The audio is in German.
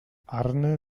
arne